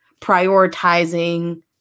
prioritizing